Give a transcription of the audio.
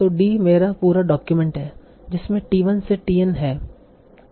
तो d मेरा पूरा डॉक्यूमेंट है जिसमें t 1 से t n है